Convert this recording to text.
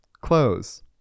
Close